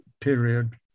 period